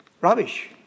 rubbish